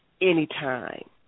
anytime